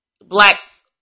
blacks